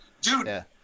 Dude